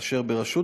בראשות